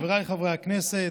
חבריי חברי הכנסת,